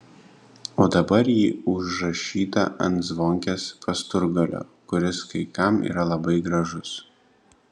o dabar ji užrašyta ant zvonkės pasturgalio kuris kai kam yra labai gražus